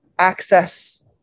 access